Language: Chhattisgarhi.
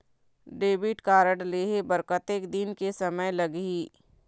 डेबिट कारड लेहे बर कतेक दिन के समय लगही?